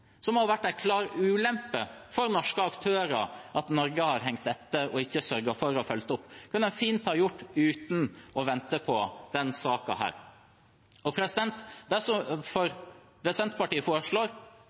det har vært en klar ulempe for norske aktører at Norge har hengt etter og ikke sørget for å følge opp. Det kunne en fint ha gjort uten å vente på